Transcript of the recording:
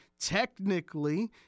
Technically